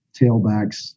tailbacks